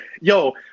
Yo